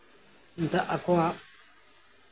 ᱟᱠᱚᱣᱟᱜ